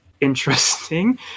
interesting